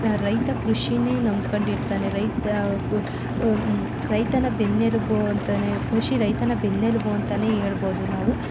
ರೈತ ಕೃಷಿನೇ ನಂಬ್ಕೊಂಡಿರ್ತಾನೆ ರೈತಗು ರೈತನ ಬೆನ್ನೆಲುಬು ಅಂತಲೇ ಕೃಷಿ ರೈತನ ಬೆನ್ನೆಲುಬು ಅಂತಲೇ ಹೇಳ್ಬೋದು ನಾವು